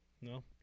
no